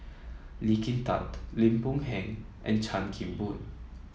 Lee Kin Tat Lim Boon Heng and Chan Kim Boon